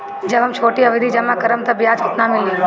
जब हम छोटी अवधि जमा करम त ब्याज केतना मिली?